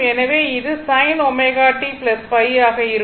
எனவே இது sin ω t ϕ ஆக இருக்கும்